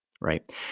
right